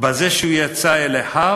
בזה שהוא יצא אל אחיו,